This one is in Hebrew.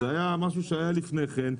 זה היה משהו שהיה לפני כן.